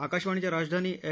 आकाशवाणीच्या राजधानी एफ